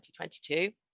2022